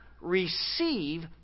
receive